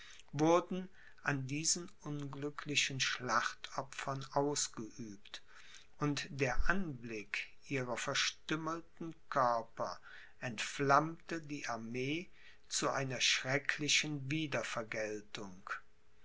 wurden an diesen unglücklichen schlachtopfern ausgeübt und der anblick ihrer verstümmelten körper entflammte die armee zu einer schrecklichen wiedervergeltung